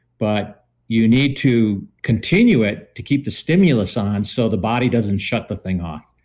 but you need to continue it to keep the stimulus on so the body doesn't shut the thing off.